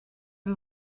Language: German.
wir